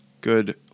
good